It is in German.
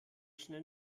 schnell